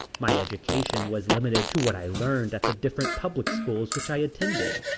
my education was limited to what i learned at the different public schools which i attended,